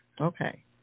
Okay